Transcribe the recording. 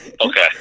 okay